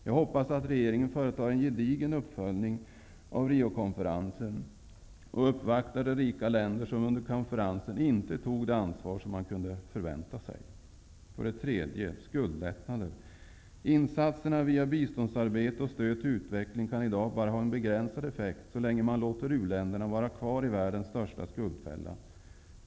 Jag hoppas att regeringen företar en gedigen uppföljning av Riokonferensen och uppvaktar de rika länder som under konferensen inte tog det ansvar som man kunde förvänta sig. För det tredje gäller det skuldlättnader. Insatserna via biståndsarbete och stöd till utveckling kan i dag bara ha en begränsad effekt så länge man låter uländerna vara kvar i världens största skuldfälla.